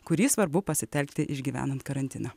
kurį svarbu pasitelkti išgyvenant karantiną